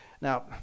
Now